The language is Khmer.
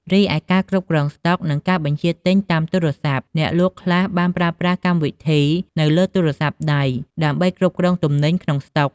រីឯ ការគ្រប់គ្រងស្តុក និងការបញ្ជាទិញតាមទូរសព្ទ អ្នកលក់ខ្លះបានប្រើប្រាស់កម្មវិធីនៅលើទូរសព្ទដៃដើម្បីគ្រប់គ្រងទំនិញក្នុងស្តុក។